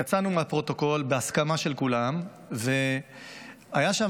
יצאנו מהפרוטוקול בהסכמה של כולם והייתה שם